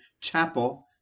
chapel